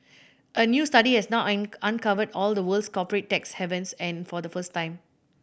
a new study has now uncovered all the world's corporate tax havens and for the first time